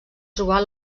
trobar